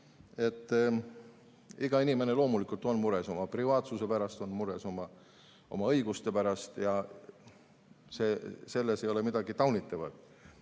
Iga inimene on loomulikult mures oma privaatsuse pärast, on mures oma õiguste pärast. Selles ei ole midagi taunitavat.